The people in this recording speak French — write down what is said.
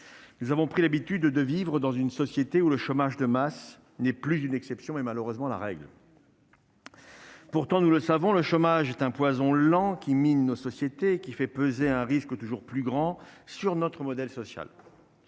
nous avons pris l'habitude de vivre dans une société où le chômage de masse n'est plus une exception et malheureusement la règle. Pourtant, nous le savons, le chômage est un poison lent qui mine nos sociétés qui fait peser un risque toujours plus grand sur notre modèle social